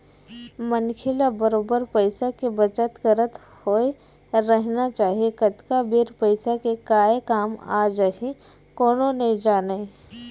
मनखे ल बरोबर पइसा के बचत करत होय रहिना चाही कतका बेर पइसा के काय काम आ जाही कोनो नइ जानय